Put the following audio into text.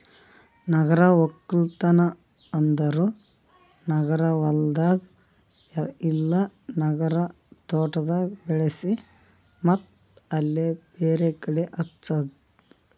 ನಗರ ಒಕ್ಕಲ್ತನ್ ಅಂದುರ್ ನಗರ ಹೊಲ್ದಾಗ್ ಇಲ್ಲಾ ನಗರ ತೋಟದಾಗ್ ಬೆಳಿಸಿ ಮತ್ತ್ ಅಲ್ಲೇ ಬೇರೆ ಕಡಿ ಹಚ್ಚದು